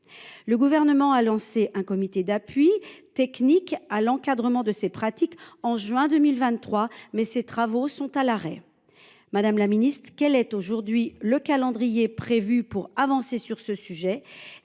en juin 2023, un comité d’appui technique à l’encadrement de ces pratiques, mais ses travaux sont à l’arrêt. Madame la ministre, quel est aujourd’hui le calendrier prévu pour avancer sur ce sujet ?